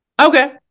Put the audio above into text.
okay